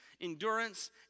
endurance